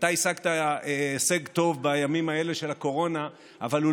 אתה השגת הישג טוב בימים האלה של הקורונה אבל הוא